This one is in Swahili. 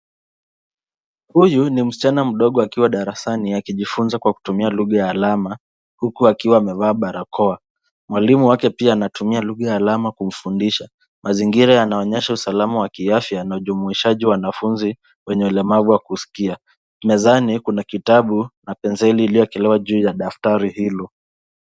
Huyu ni msichana mdogo akiwa darasani akijifunza kwa kutumia lugha ya alama huku akiwa amevaa barakoa mwalimu wake pia anatumia lugha ya alama kumfundisha, mazingira inaonyesha usalama wa kiafya na ujumuishaji wa wanafunzi wenye ulemavu wa kusikia mezani kuna kitabu na penseli ilioekelewa juu ya daftari hilo.